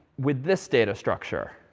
with this data structure,